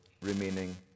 remaining